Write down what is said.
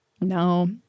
No